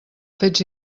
fets